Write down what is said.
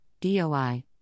DOI